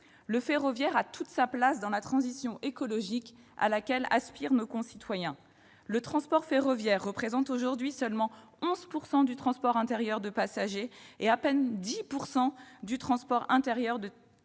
Le ferroviaire a toute sa place dans la transition écologique à laquelle aspirent nos concitoyens. Aujourd'hui, le transport ferroviaire représente seulement 11 % du transport intérieur de passagers et à peine 10 % du transport intérieur